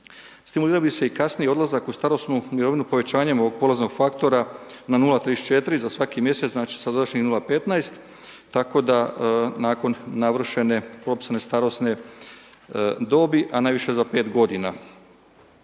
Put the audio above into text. Stimulirao bi se i kasniji odlazak u starosnu mirovinu povećanjem ovog poreznog faktora na 0,34 za svaki mjesec, znači sadašnjih 0,15, tako da nakon navršene propisane starosne dobi a najviše za 5 g.